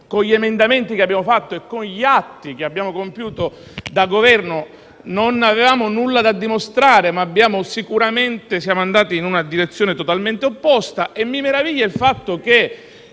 Con gli emendamenti presentati e con gli atti che abbiamo compiuto quando eravamo al Governo non avevamo nulla da dimostrare, ma siamo andati in una direzione totalmente opposta e mi meraviglia il fatto che